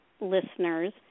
listeners